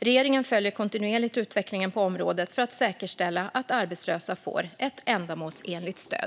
Regeringen följer kontinuerligt utvecklingen på området för att säkerställa att arbetslösa får ett ändamålsenligt stöd.